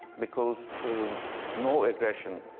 because no aggression